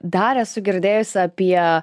dar esu girdėjusi apie